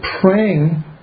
praying